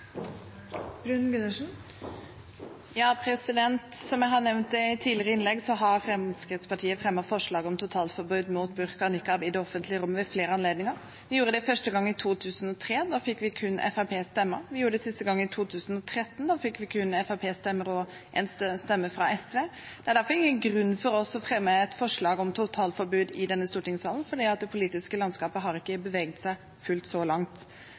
Som jeg har nevnt i tidligere innlegg, har Fremskrittspartiet ved flere anledninger fremmet forslag om totalforbud mot burka og nikab i det offentlige rom. Vi gjorde det første gang i 2003, da fikk vi kun Fremskrittspartiets stemmer. Vi gjorde det sist gang i 2013, da fikk vi kun Fremskrittspartiets stemmer og én stemme fra SV. Det er derfor ingen grunn for oss til å fremme et forslag om totalforbud i denne salen, for det politiske landskapet har ikke beveget seg fullt så langt.